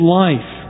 life